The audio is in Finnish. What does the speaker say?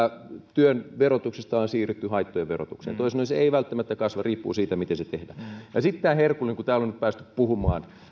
työn verotuksesta on siirrytty haittojen verotukseen toisin sanoen tuloerot eivät välttämättä kasva riippuu siitä miten se tehdään sitten tämä herkullinen kun täällä on nyt päästy puhumaan